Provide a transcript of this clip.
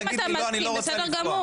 אם אתה מסכים, בסדר גמור.